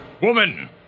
woman